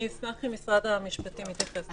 אני אשמח אם משרד המשפטים יתייחס.